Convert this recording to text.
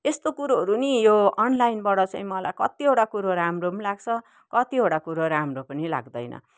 यस्तो कुरोहरू नि यो अनलाइनबाट चाहिँ मलाई कतिवटा कुरो राम्रो पनि लाग्छ कतिवटा कुरो राम्रो पनि लाग्दैन